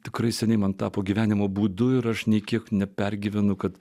tikrai seniai man tapo gyvenimo būdu ir aš nė kiek nepergyvenu kad